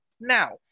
now